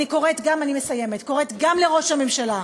אני קוראת גם לראש הממשלה,